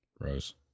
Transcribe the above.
Rose